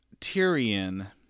Tyrion